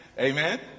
Amen